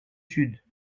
sud